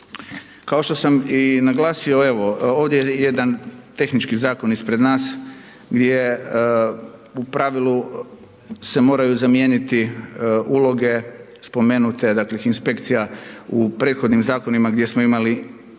Kao što sam i naglasio evo ovdje je jedan tehnički zakon ispred nas gdje u pravilu se moraju zamijeniti uloge spomenute dakle inspekcija u prethodnim zakonima gdje smo imali turističku